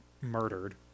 murdered